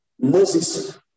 Moses